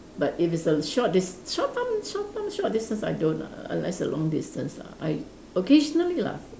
but if it's a short dis~ short term short term short distance I don't lah unless long distance lah I occasionally lah